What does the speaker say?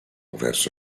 verso